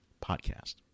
podcast